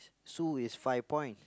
Sue is five point